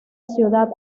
ciudad